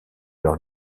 leur